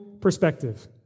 perspective